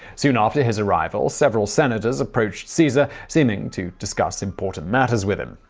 soon after his arrival, several senators approached caesar, seemingly to discuss important matters with him.